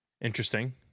interesting